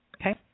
Okay